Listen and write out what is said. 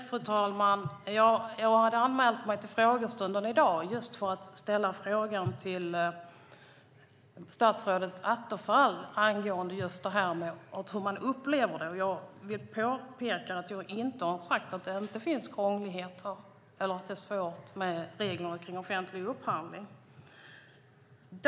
Fru talman! Jag hade anmält mig till frågestunden i dag för att till statsrådet Attefall ställa just frågan om hur man upplever det. Jag vill påpeka att jag inte har sagt att det inte finns krångligheter eller att det inte är svårt med reglerna för offentlig upphandling.